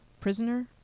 Prisoner